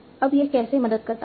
अब यह कैसे मदद करता है